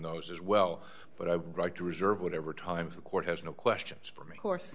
those as well but i would like to reserve whatever time the court has no questions for me course